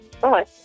Bye